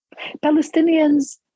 Palestinians